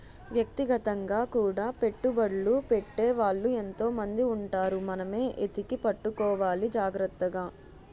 వ్యక్తిగతంగా కూడా పెట్టుబడ్లు పెట్టే వాళ్ళు ఎంతో మంది ఉంటారు మనమే ఎతికి పట్టుకోవాలి జాగ్రత్తగా